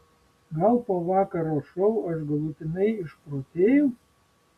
gal po vakaro šou aš galutinai išprotėjau